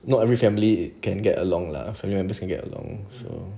not every family can get along lah hundred percent get along so